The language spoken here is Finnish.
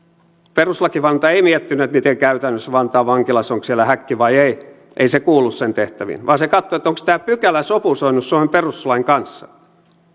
perustuslakivaliokunta ei miettinyt miten käytännössä vantaan vankilassa onko siellä häkki vai ei ei se kuulu sen tehtäviin vaan se katsoi onko tämä pykälä sopusoinnussa suomen perustuslain kanssa